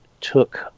took